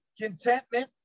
contentment